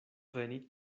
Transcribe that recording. veni